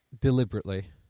deliberately